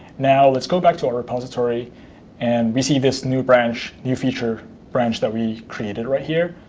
now, let's go back to our repository and receive this new branch, new feature branch that we created right here.